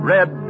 Red